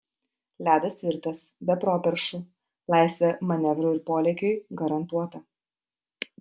ledas tvirtas be properšų laisvė manevrui ir polėkiui garantuota